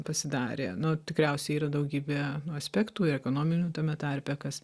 pasidarė nu tikriausiai yra daugybė aspektų ir ekonominių tame tarpe kas